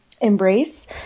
embrace